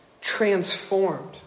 transformed